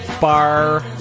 bar